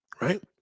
Right